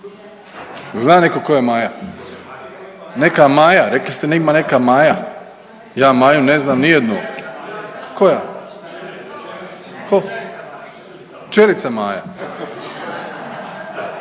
Zna netko tko je Maja? Neka Maja, rekli ste da ima neka Maja, ja Maju ne znam nijednu. Koja? Tko? Pčelica Maja?